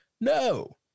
No